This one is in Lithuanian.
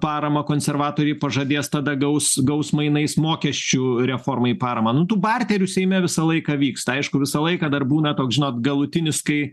paramą konservatoriai pažadės tada gaus gaus mainais mokesčių reformai paramą nu tų barterių seime visą laiką vyksta aišku visą laiką dar būna toks žinot galutinis kai